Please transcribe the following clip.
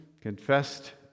confessed